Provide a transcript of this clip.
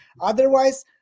Otherwise